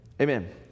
Amen